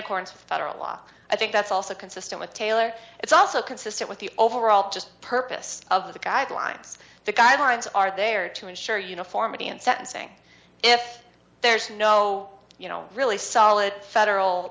accordance with federal law i think that's also consistent with taylor it's also consistent with the overall just purpose of the guidelines the guidelines are there to ensure uniformity in sentencing if there's no you know really solid federal